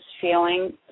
feeling